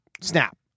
Snap